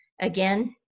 again